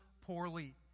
poorly